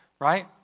Right